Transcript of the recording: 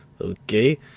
Okay